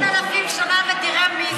שלושת אלפים שנה, ותראה מי זה העם היהודי.